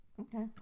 Okay